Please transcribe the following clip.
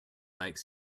like